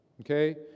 Okay